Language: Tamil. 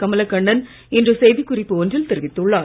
கமலகண்ணன் இன்று செய்திக் குறிப்பு ஒன்றில் தெரிவித்துள்ளார்